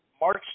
March